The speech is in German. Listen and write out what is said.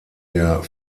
der